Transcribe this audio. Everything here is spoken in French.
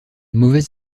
mauvaise